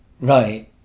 Right